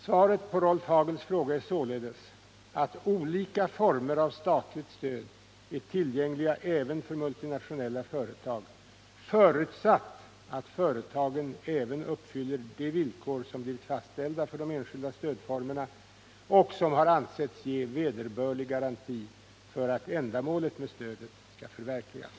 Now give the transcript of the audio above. Svaret på Rolf Hagels fråga är således att olika former av statligt stöd är tillgängliga även för multinationella företag, förutsatt att företagen även uppfyller de villkor som blivit fastställda för de enskilda stödformerna och som har ansetts ge vederbörlig garanti för att ändamålet med stödet skall förverkligas.